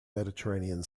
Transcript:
mediterranean